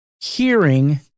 hearing